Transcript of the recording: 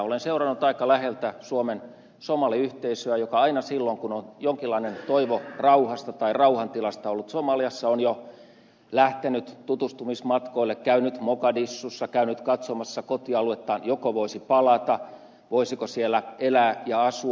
olen seurannut aika läheltä suomen somaliyhteisöä joka aina silloin kun on jonkinlainen toivo rauhasta tai rauhantilasta ollut somaliassa on jo lähtenyt tutustumismatkoille käynyt mogadishussa käynyt katsomassa kotialuettaan joko voisi palata voisiko siellä elää ja asua